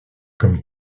comme